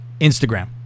Instagram